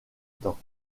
temps